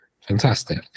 Fantastic